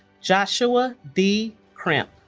joshua d. krempp